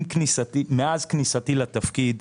מאז כניסתי לתפקיד,